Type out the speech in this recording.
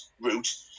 route